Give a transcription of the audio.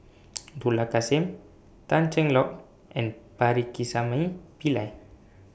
Dollah Kassim Tan Cheng Lock and Pakirisamy Pillai